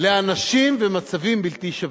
לאנשים ומצבים בלתי שווים.